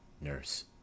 Nurse